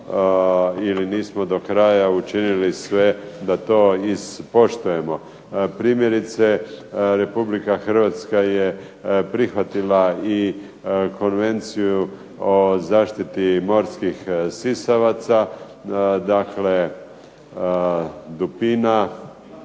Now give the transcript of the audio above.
ili nismo do kraja učinili sve da to ispoštujemo. Primjerice, RH je prihvatila i Konvenciju o zaštiti morskih sisavaca, dakle dupina,